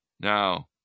Now